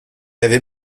avait